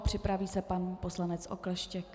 Připraví se pan poslanec Okleštěk.